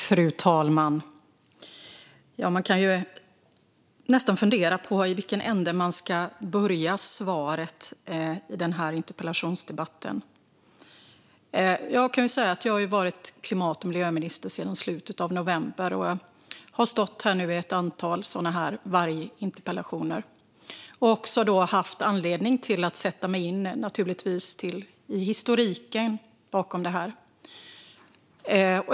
Fru talman! Man kan nästan fundera på i vilken ände man ska börja svara i denna interpellationsdebatt. Jag har varit klimat och miljöminister sedan slutet av november och har stått här i ett antal interpellationsdebatter om varg. Jag har därför naturligtvis haft anledning att sätta mig in i historiken bakom detta.